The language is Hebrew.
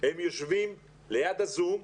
הם יושבים ליד הזום.